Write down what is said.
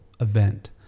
event